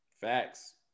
Facts